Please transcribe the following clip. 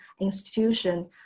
institution